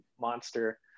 Monster